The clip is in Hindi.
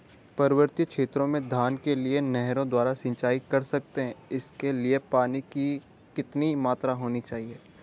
पर्वतीय क्षेत्रों में धान के लिए नहरों द्वारा सिंचाई कर सकते हैं इसके लिए पानी की कितनी मात्रा होनी चाहिए?